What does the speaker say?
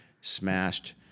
smashed